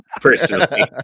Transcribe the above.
personally